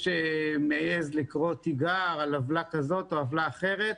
שמעז לקרוא תיגר על עוולה כזאת או אחרת.